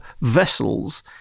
vessels